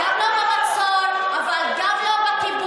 אבל גם לא במצור, גם לא בכיבוש.